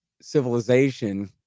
civilization